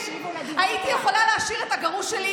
הייתי יכולה להשאיר את הגרוש שלי,